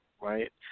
right